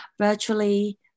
virtually